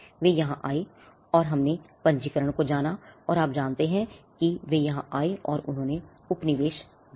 और वे आये और हमने पंजीकरण को जाना और आप जानते हैं कि वे यहाँ आये और वे उन्होंने उपनिवेश बनाया